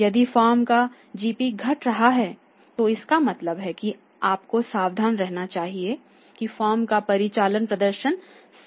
यदि फर्म का जीपी घट रहा है तो इसका मतलब है कि आपको सावधान रहना चाहिए कि फर्म का परिचालन प्रदर्शन संदिग्ध है